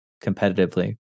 competitively